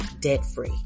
debt-free